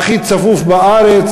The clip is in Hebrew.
הכי צפוף בארץ,